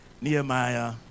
Nehemiah